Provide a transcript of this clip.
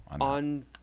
on